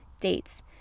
dates